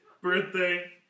Birthday